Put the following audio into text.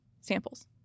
samples